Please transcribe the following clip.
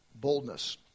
boldness